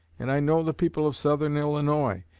and i know the people of southern illinois,